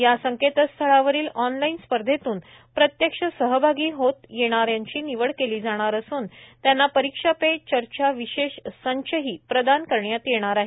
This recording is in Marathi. या संकेतस्थळावरील ऑनलाईन स्पर्धेतून प्रत्यक्ष सहभागी होता येणाऱ्यांची निवड केली जाणार असून त्यांना परीक्षा पे चर्चा विशेष संचही प्रदान करण्यात येणार आहे